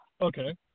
Okay